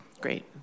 Great